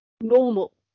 normal